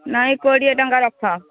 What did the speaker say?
ନାଇଁ କୋଡ଼ିଏ ଟଙ୍କା ରଖ